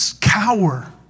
cower